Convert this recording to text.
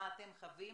מה אתם חווים,